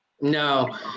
no